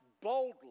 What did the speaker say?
boldly